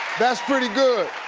that's pretty good.